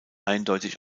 eindeutig